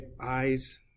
eyes